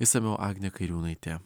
išsamiau agnė kairiūnaitė